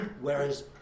whereas